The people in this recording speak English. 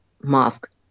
mask